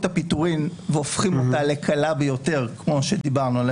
הפיטורים והופכים אותה לקלה ביותר כמו שדיברנו,